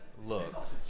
Look